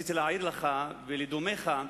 רציתי להעיר לך, ולדומיך,